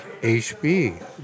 HB